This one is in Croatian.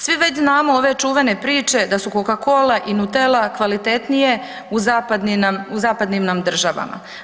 Svi već znamo ove čuvene priče da su Coca-Cola i Nutella kvalitetnije u zapadnim nam državama.